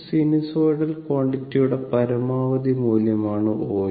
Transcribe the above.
ഒരു സിനുസോയ്ഡൽ ക്വാണ്ടിറ്റിയുടെ പരമാവധി മൂല്യമാണ് OA